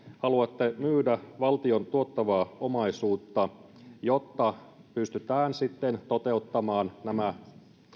haluatte myydä valtion tuottavaa omaisuutta jotta pystytään sitten toteuttamaan nämä